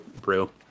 brew